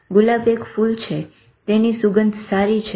ગુલાબ એક ફૂલ છે તેની સુગંધ સારી છે